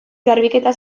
garbiketa